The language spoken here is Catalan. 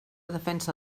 defensa